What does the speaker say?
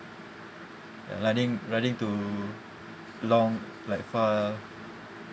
ya riding riding to long like far